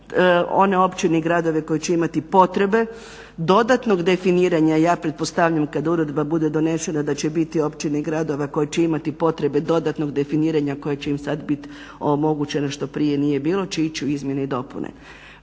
One općine i gradovi koji će imati potrebe dodatnog definiranja, ja pretpostavljam kad uredba bude donesena da će biti općina i gradova koji će imati potrebe dodatno definiranja koje će im sad biti omogućeno što prije nije bilo, će ići u izmjene i dopune.